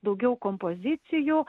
daugiau kompozicijų